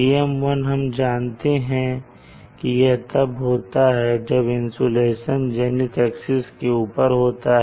AM1 हम जानते हैं कि यह तब होता है जब इंसुलेशन जेनिथ एक्सिस के ऊपर होता है